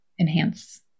enhance